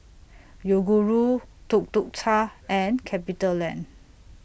Yoguru Tuk Tuk Cha and CapitaLand